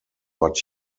but